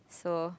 so